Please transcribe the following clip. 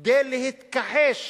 כדי להתכחש